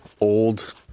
old